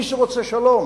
מי שרוצה שלום